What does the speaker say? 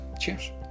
cheers